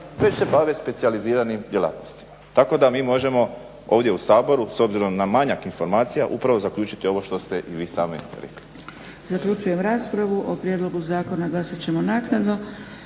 već se bave specijaliziranim djelatnostima. Tako da mi možemo ovdje u Saboru s obzirom na manjak informacija upravo zaključiti ovo što ste i vi sami rekli.